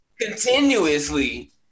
Continuously